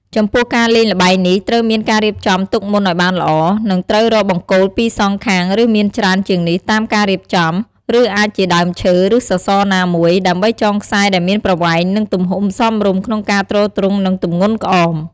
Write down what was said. ចំពោះការលេងល្បែងនេះ ត្រូវមានការរៀបចំទុកមុនឱ្យបានល្អ និងត្រូវរកបង្គោល២សងខាងឬមានច្រើនជាងនេះតាមការរៀបចំ ឬអាចជាដើមឈើ ឬសសរណាមួយ ដើម្បីចងខ្សែដែលមានប្រវែង និងទំហំសមរម្យក្នុងការទ្រទ្រង់នឹងទម្ងន់ក្អម។